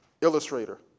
illustrator